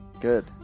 Good